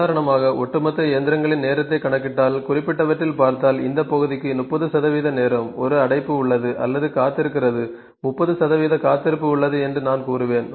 உதாரணமாக ஒட்டுமொத்த இயந்திரங்களின் நேரத்தைக் கண்டால் குறிப்பிட்டவற்றில் பார்த்தால் இந்த பகுதிக்கு 30 நேரம் ஒரு அடைப்பு உள்ளது அல்லது காத்திருக்கிறது 30 சதவிகிதம் காத்திருப்பு உள்ளது என்று நான் கூறுவேன்